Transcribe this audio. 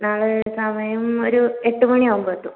നാളെ സമയം ഒരു എട്ട് മണി ആകുമ്പോൾ എത്തും